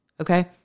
okay